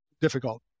difficult